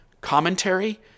commentary